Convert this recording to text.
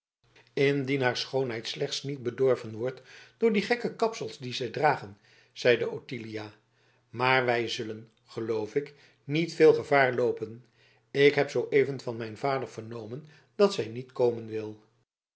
indien haar schoonheid slechts niet bedorven wordt door die gekke kapsels die zij dragen zeide ottilia maar wij zullen geloof ik niet veel gevaar loopen ik heb zooeven van mijn vader vernomen dat zij niet komen wil